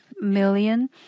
million